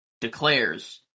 declares